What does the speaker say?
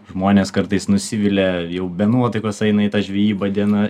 žmonės kartais nusivilia jau be nuotaikos eina į tą žvedjybą diena